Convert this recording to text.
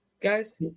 guys